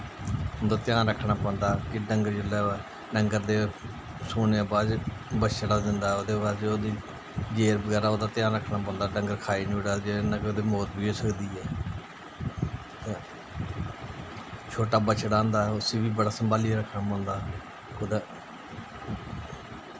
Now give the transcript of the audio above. उं'दा ध्यान रक्खना पौंदा जिसलै डंगर ते सूनें दे बाद च बछड़ा दिंदा ओह्दे बाद च ओह्दी जेर बगैरा ओह्दा ध्यान रक्खना पौंदा डंगर खाई निं छोड़ै जेह्र नै मौत बी होई सकदी ऐ छोटा बछड़ा होंदा उसी बी बड़ा संभालियै रक्खना पौंदा कुदै